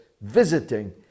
visiting